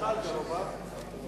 מה אתה,